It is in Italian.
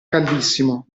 caldissimo